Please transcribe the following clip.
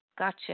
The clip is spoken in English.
Gotcha